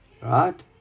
Right